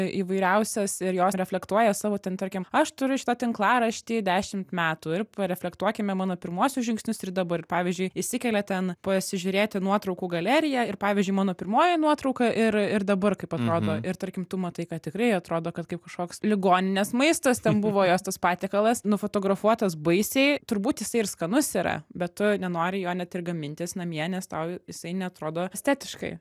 įvairiausias ir jos reflektuoja savo ten tarkim aš turiu šitą tinklaraštį dešimt metų ir pareflektuokime mano pirmuosius žingsnius ir dabar pavyzdžiui įsikelia ten pasižiūrėti nuotraukų galeriją ir pavyzdžiui mano pirmoji nuotrauka ir ir dabar kaip atrodo ir tarkim tu matai kad tikrai atrodo kad kaip kažkoks ligoninės maistas ten buvo jos tas patiekalas nufotografuotas baisiai turbūt jisai ir skanus yra bet tu nenori jo net ir gamintis namie nes tau jisai neatrodo estetiškai